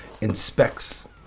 inspects